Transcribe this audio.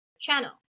channel